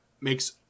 makes